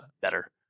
better